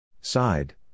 Side